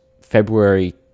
February